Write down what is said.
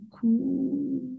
cool